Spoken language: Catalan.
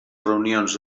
reunions